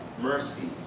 mercy